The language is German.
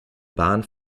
bahn